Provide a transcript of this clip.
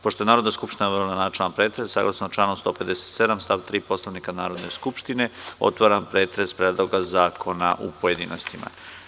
Pošto je Narodna skupština obavila načelni pretres, saglasno članu 157. stav 3. Poslovnika Narodne skupštine, otvaram pretres Predloga zakona u pojedinostima.